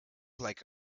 like